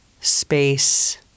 space